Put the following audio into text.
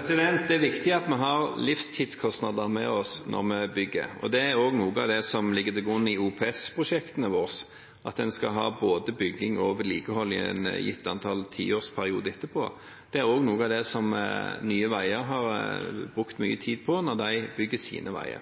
Det er viktig at vi har livstidskostnader med oss når vi bygger. Noe av det som ligger til grunn i OPS-prosjektene våre, er at en skal ha både bygging og vedlikehold i et gitt antall tiårsperioder etterpå. Det er også noe av det som Nye Veier har brukt mye tid på når de har bygd sine veier.